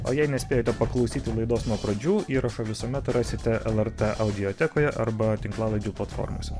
o jei nespėjote paklausyti laidos nuo pradžių įrašą visuomet rasite lrt audiotekoje arba tinklalaidžių platformose